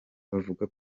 bavuga